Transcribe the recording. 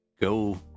go